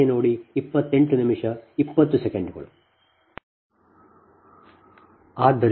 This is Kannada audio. ಆದ್ದರಿಂದ ಇದು ಅಂಕಿ 3 ಆಗಿದೆ